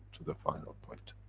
to the final point.